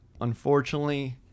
unfortunately